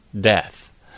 death